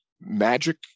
magic